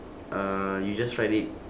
uh you just write it